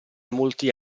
molti